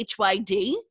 HYD